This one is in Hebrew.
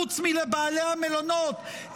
חוץ מלבעלי המלונות,